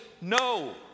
no